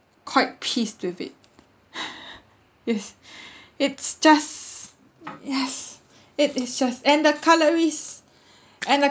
quite pleased with it yes it's just yes it is just and the cutleries and the